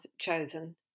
chosen